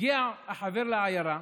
הגיע החבר לעיירה,